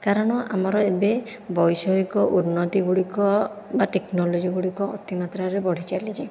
କାରଣ ଆମର ଏବେ ବୈଷୟିକ ଉନ୍ନତି ଗୁଡ଼ିକ ବା ଟେକ୍ନୋଲୋଜି ଗୁଡ଼ିକ ଅତିମାତ୍ରାରେ ବଢ଼ି ଚାଲିଛି